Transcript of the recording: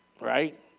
right